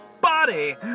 body